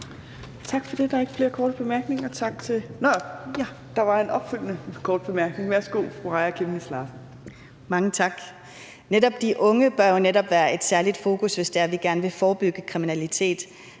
tak. Der bør jo netop være et særligt fokus på de unge, hvis vi gerne vil forebygge kriminalitet.